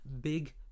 Big